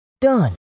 done